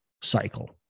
cycle